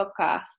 podcast